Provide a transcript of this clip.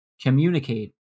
communicate